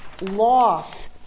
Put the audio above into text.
loss